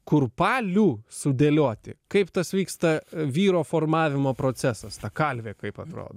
kurpalių sudėlioti kaip tas vyksta vyro formavimo procesas ta kalvė kaip atrodo